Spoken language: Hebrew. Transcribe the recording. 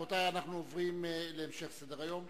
רבותי, אנחנו עוברים להמשך סדר-היום: